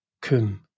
kun